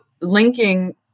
linking